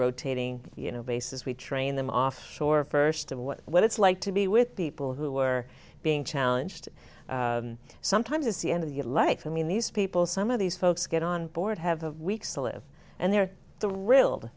rotating you know basis we train them off shore first of what it's like to be with people who are being challenged sometimes it's the end of the life of me in these people some of these folks get on board have a weeks to live and they're the real